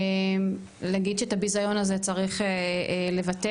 נגיד שאת הביזיון הזה צריך לבטל.